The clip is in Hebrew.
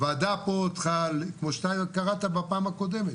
הוועדה פה צריכה, כמו שאתה קראת בפעם הקודמת,